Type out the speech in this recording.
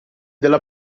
della